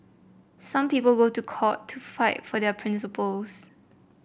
some people go to court to fight for their principles